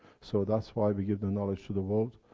so, that's why we give the knowledge to the world,